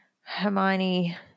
hermione